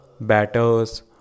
batters